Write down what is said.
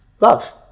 love